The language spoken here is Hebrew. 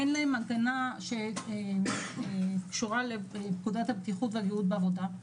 אין להם הגנה שקשורה לפקודת הבטיחות והגהות בעבודה,